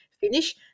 finish